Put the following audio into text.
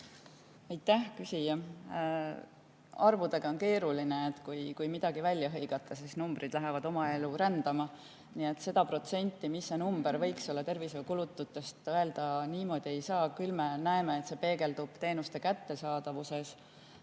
Aitäh, küsija! Arvudega on keeruline. Kui midagi välja hõigata, siis numbrid lähevad oma elu rändama. Seda protsenti, mis see number võiks olla tervishoiukulutustest, öelda niimoodi ei saa. Küll me näeme, et [see protsent] peegeldub teenuste kättesaadavuses,